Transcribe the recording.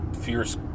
fierce